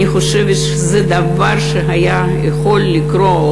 אני חושבת שזה דבר שהיה יכול לקרות,